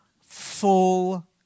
full